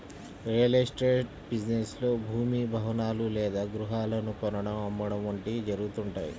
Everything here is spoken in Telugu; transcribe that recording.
రియల్ ఎస్టేట్ బిజినెస్ లో భూమి, భవనాలు లేదా గృహాలను కొనడం, అమ్మడం వంటివి జరుగుతుంటాయి